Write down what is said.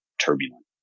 turbulent